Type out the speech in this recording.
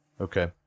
Okay